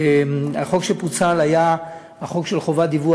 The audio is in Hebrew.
החוק שפוצל היה החוק של חובת דיווח,